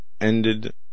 ended